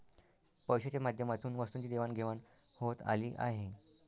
पैशाच्या माध्यमातून वस्तूंची देवाणघेवाण होत आली आहे